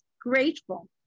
grateful